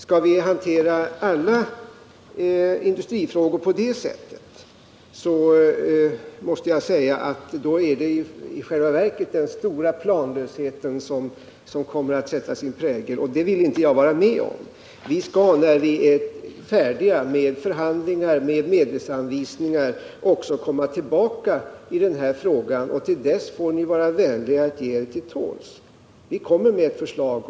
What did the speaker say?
Skall vi hantera alla industrifrågor på det sättet måste jag säga att det då i själva verket är den stora planlösheten som sätter sin prägel på verksamheten, och det vill jag inte vara med om. När vi är färdiga med förhandlingar och medelsanvisningar skall vi komma tillbaka i den här frågan. Till dess får ni vara vänliga att ge er till tåls. Vi kommer med förslag.